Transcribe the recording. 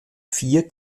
vier